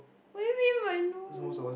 what you mean by no